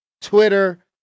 Twitter